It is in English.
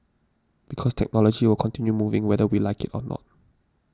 because technology will continue moving whether we like it or not